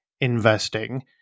investing